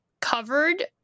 covered